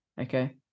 Okay